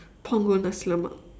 punggol nasi lemak